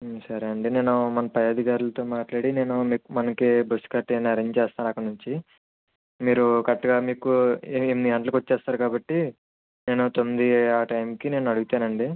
సరే అండి నేను మన పై అధికారులతో మాట్లాడి నేను మీక్ మనకి బస్ గట్ర ఏమన్నా అరెంజ్ చేస్తాను అక్కడి నుంచి మీరు కరెక్ట్గా మీకు ఎనిమిది గంటలకు వచ్చేస్తారు కాబట్టి నేను తొమ్మిది ఆ టైమ్కి నేను అడుగుతానండి